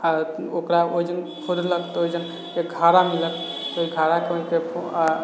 आ ओकरा ओहि जग खोदलक तऽ ओहि जग एक घड़ा मिललक एक घड़ा